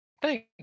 Thank